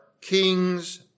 kings